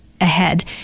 ahead